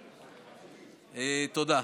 תודה.